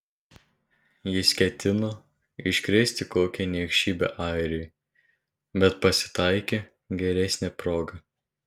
jis ketino iškrėsti kokią niekšybę airiui bet pasitaikė geresnė proga